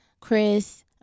Chris